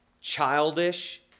childish